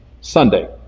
Sunday